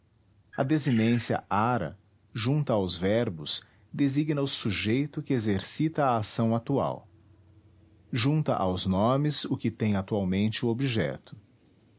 a desinência ára junta aos verbos designa o sujeito que exercita a ação atual junta aos nomes o que tem atualmente o objeto